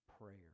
prayer